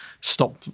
stop